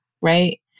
right